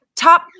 top